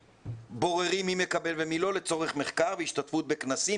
ובוררים מי מקבל ומי לא לצורך מחקר והשתתפות בכנסים,